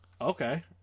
Okay